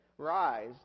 Rise